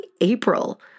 April